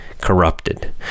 corrupted